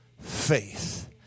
faith